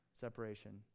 separation